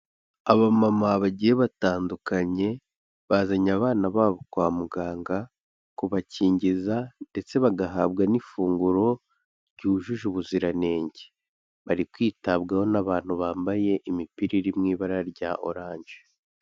Abamama bagiye batandukanye bazanye abana babo kwa muganga kubakingiza ndetse bagahabwa n'ifunguro ryujuje ubuziranenge, bari kwitabwaho n'abantu bambaye imipira iri mu ibara rya oranje.